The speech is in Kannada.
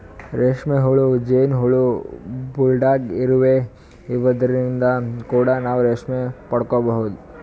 ರೇಶ್ಮಿ ಹುಳ, ಜೇನ್ ಹುಳ, ಬುಲ್ಡಾಗ್ ಇರುವಿ ಇವದ್ರಿನ್ದ್ ಕೂಡ ನಾವ್ ರೇಶ್ಮಿ ಪಡ್ಕೊಬಹುದ್